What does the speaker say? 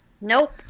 Nope